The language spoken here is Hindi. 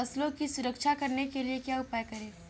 फसलों की सुरक्षा करने के लिए क्या उपाय करें?